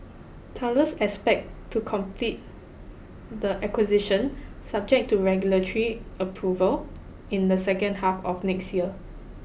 Thales expect to complete the acquisition subject to regulatory approval in the second half of next year